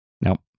Nope